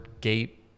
gate